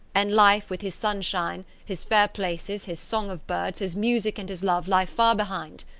and life, with his sunshine, his fair places, his song of birds, his music and his love, lie far behind.